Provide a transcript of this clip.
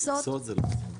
המכסות זה לא משרד הכלכלה.